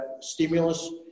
stimulus